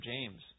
James